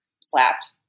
slapped